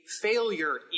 failure